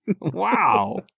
Wow